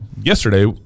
yesterday